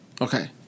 Okay